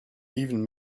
even